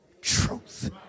truth